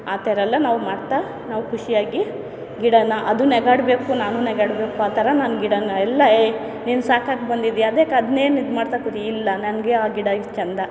ಆ ಥರ ಎಲ್ಲ ನಾವು ಮಾಡ್ತಾ ನಾವು ಖುಷಿಯಾಗಿ ಗಿಡನ ಅದು ನಗಾಡ್ಬೇಕು ನಾನು ನಗಾಡ್ಬೇಕು ಆ ಥರ ನಾನು ಗಿಡನ ಎಲ್ಲ ಏಯ್ ನೀನು ಸಾಕಾಗಿ ಬಂದಿದೆಯಾ ಅದೇಕೆ ಅದ್ನೇನು ಇದು ಮಾಡ್ತ ಕೂತಿ ಇಲ್ಲ ನನಗೆ ಆ ಗಿಡ ಎಷ್ಟು ಚೆಂದ